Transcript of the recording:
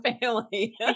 family